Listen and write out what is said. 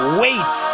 wait